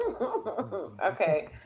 Okay